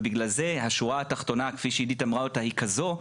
וכך גם השורה התחתונה כפי שעידית אמרה אותה היא כזו,